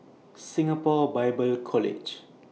Singapore Bible College